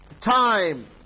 time